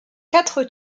quatre